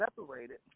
separated